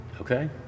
okay